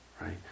right